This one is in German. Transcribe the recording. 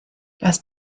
das